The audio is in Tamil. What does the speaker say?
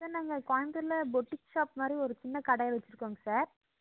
சார் நாங்கள் கோயம்புத்தூரில் பொட்டிக் ஷாப் மாதிரி ஒரு சின்ன கடை வைச்சிருக்கோங்க சார்